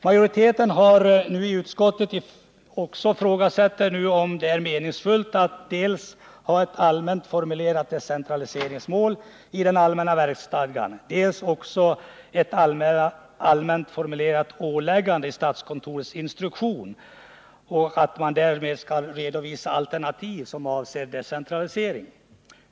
Majoriteten i utskottet ifrågasätter nu om det är meningsfullt att dels ha ett allmänt formulerat decentraliseringsmål i den allmänna verksstadgan, dels också ett allmänt formulerat åläggande i statskontorets instruktion att redovisa alternativ som avser decentralisering.